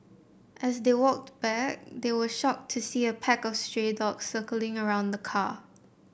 as they walked back they were shocked to see a pack of stray dogs circling around the car